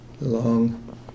long